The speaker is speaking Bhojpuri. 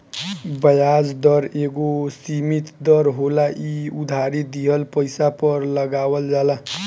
ब्याज दर एगो सीमित दर होला इ उधारी दिहल पइसा पर लगावल जाला